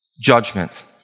judgment